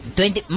Twenty